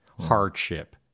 Hardship